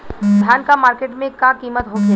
धान क मार्केट में का कीमत होखेला?